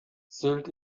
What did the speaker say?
sylt